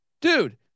Dude